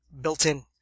built-in